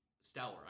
stellar